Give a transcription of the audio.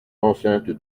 l’enceinte